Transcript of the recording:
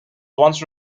once